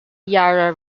yarra